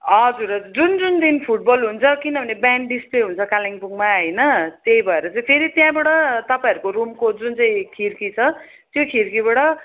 हजुर हजुर जुन जुन दिन फुटबल हुन्छ किनभने ब्यान्ड डिस्प्ले हुन्छ कालिम्पोङमा होइन त्यही भएर चाहिँ फेरि त्यहाँबाट तपाईँहरूको रुमको जुन चाहिँ खिडकी छ त्यो खिडकीबाट